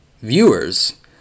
viewers